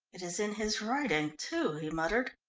it is in his writing, too, he muttered.